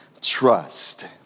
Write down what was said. trust